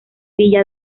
villa